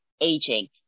aging